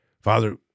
Father